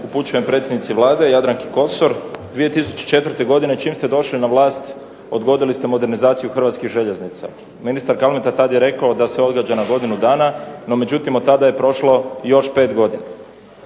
gospođi predsjednici Vlade, Jadranki Kosor. 2004. godine čim ste došli na vlast, odgodili ste modernizaciju Hrvatskih željeznica, ministar Kalmeta tada je rekao da se odgađa na godinu dana, međutim, od tada je prošlo još 5 godina.